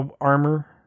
armor